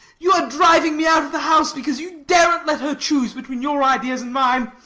you are driving me out of the house because you daren't let her choose between your ideas and mine.